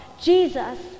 Jesus